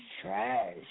trash